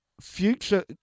future